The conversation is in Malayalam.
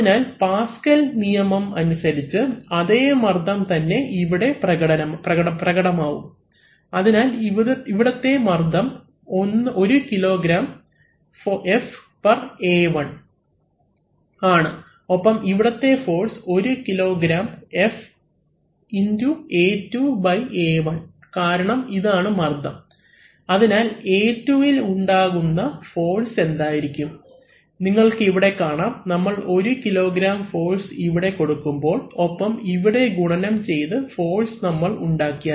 അതിനാൽ പാസ്കൽ നിയമം അനുസരിച്ച് അതേ മർദ്ദം തന്നെ ഇവിടെ പ്രകടമാവും അതിനാൽ ഇവിടത്തെ മർദ്ദം 1kg FA1 ആണ് ഒപ്പം ഇവിടത്തെ force 1 kg F x A2 A1 കാരണം ഇതാണ് മർദ്ദം അതിനാൽ A2 ഇൽ ഉണ്ടാക്കുന്ന ഫോഴ്സ് എന്തായിരിക്കും നിങ്ങൾക്ക് ഇവിടെ കാണാം നമ്മൾ 1 kg ഫോഴ്സ് ഇവിടെ കൊടുക്കുമ്പോൾ ഒപ്പം ഇവിടെ ഗുണനം ചെയ്ത ഫോഴ്സ് നമ്മൾ ഉണ്ടാക്കി